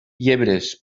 llebres